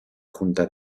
junta